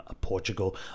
Portugal